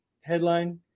headline